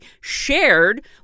shared